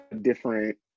different